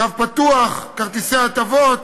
קו פתוח, כרטיסי הטבות,